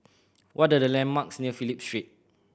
what are the landmarks near Phillip Street